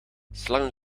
slangen